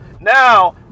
Now